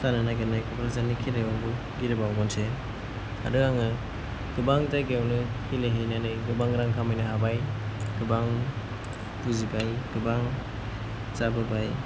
जानो नागेरनाय दा क'क्राझारनि खेलायावबो गेलेबावगोनसो आरो आङो गोबां जायगायावनो गेलेहैनानै गोबां रां खामायनो हाबाय गोबां बुजिबाय गोबां जाबोबाय